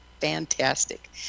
Fantastic